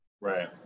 right